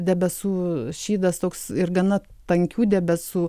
debesų šydas toks ir gana tankių debesų